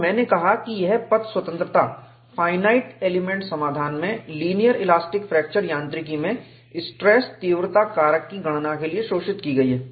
और मैंने कहा कि यह पथ स्वतंत्रता फाइनाइट एलिमेंट समाधान में लीनियर इलास्टिक फ्रैक्चर यांत्रिकी में स्ट्रेस तीव्रता कारक कि गणना के लिए शोषित की गयी है